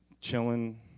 chilling